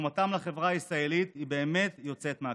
תרומתם לחברה הישראלית היא באמת יוצאת מהכלל.